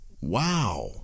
Wow